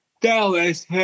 Dallas